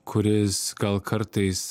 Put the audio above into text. kuris gal kartais